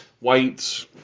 Whites